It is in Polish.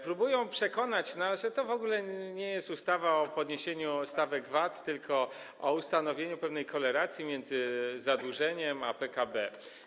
Próbują przekonać nas, że to w ogóle nie jest ustawa o podniesieniu stawek VAT, tylko o ustanowieniu pewnej korelacji między zadłużeniem a PKB.